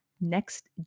next